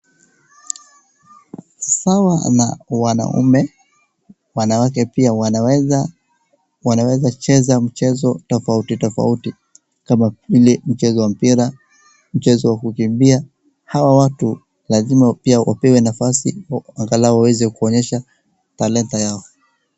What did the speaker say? Sawa na wanaume, wanawake pia wanaweza cheza mchezo tofauti tofauti kama vile mchezo wa mpira, mchezo wa kukimbia. Hawa watu lazima pia wapewe nafasi angalau waweze kuonyesha talanta yao.